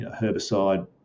herbicide